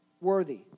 worthy